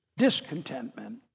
discontentment